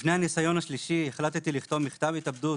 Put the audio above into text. לפני הניסיון השלישי החלטתי לכתוב מכתב התאבדות